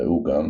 ראו גם